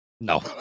no